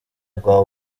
rwa